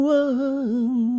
one